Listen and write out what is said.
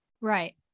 Right